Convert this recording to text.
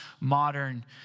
modern